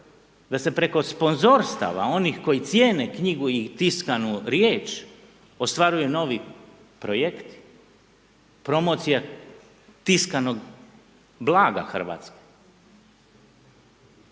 da se preko sponzorstava onih koji cijene knjigu i tiskanu riječ, ostvaruju novi projekti, promocije tiskanog blaga Hrvatske.